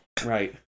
Right